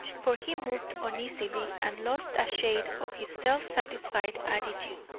for he moved uneasily and lost a shade of his self-satisfied attitude.